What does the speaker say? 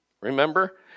Remember